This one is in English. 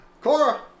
Cora